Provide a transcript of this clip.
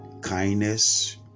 kindness